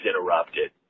interrupted